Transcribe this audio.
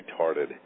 retarded